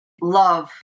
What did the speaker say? love